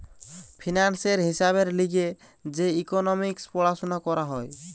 ফিন্যান্সের হিসাবের লিগে যে ইকোনোমিক্স পড়াশুনা করা হয়